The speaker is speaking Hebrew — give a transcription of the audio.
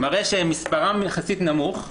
מראה שמספרן יחסית נמוך.